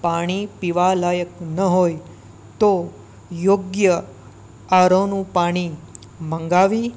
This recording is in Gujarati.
પાણી પીવાલાયક ન હોય તો યોગ્ય આરઓનું પાણી મંગાવી